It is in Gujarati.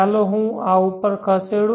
ચાલો હું આ ઉપર ખસેડું